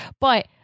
But-